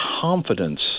confidence